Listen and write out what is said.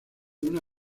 una